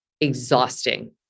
exhausting